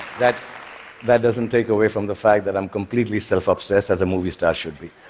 that that doesn't take away from the fact that i'm completely self-obsessed, as a movie star should be.